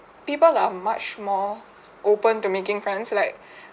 people are much more open to making friends like